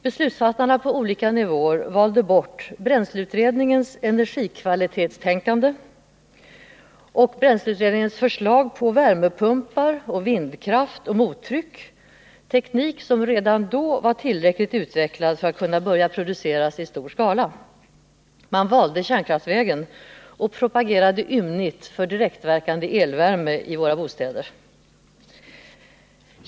Beslutsfattarna på olika nivåer valde bort bränsleutredningens energikvalitetstänkande och förslag på värmepumpar, vindkraft och mottryck, teknik som redan då var tillräckligt utvecklad för att kunna börja producera i stor skala. Man valde kärnkraftsvägen och propagerade ymnigt för direktverkande elvärme i våra bostäder.